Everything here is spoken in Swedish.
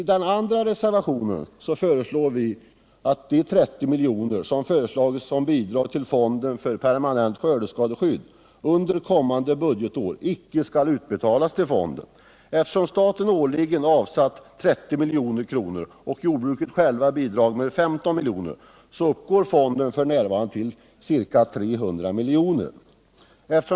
I den andra reservationen föreslår vi att de 30 milj.kr. som föreslagits som bidrag till fonden för permanent skördeskadeskydd under kommande budgetår icke skall utbetalas till fonden. Eftersom staten årligen har avsatt 30 milj.kr. och jordbruket självt bidragit med 15 milj.kr. uppgår fonden f. n. till ca 300 milj.kr.